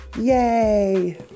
yay